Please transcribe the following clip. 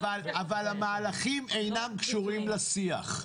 אבל המהלכים אינם קשורים לשיח.